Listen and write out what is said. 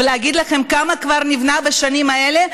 להגיד לכם כמה כבר נבנה בשנים האלה?